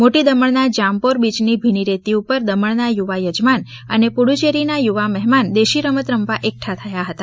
મોટી દમણના જામપોર બીચની ભીની રેતી ઉપર દમણના યુવા યજમાન અને પુદુચેરી ના યુવા મહેમાન દેશીરમત રમવા એકઠા થયા હતા